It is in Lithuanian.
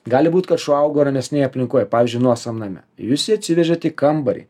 gali būt kad šuo augo ramesnėje aplinkoje pavyzdžiui nuosavam name jūs atsivežėte į kambarį